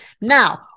Now